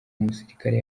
musirikare